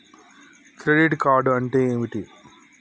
Credit card అంటే ఏమిటి?